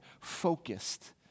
focused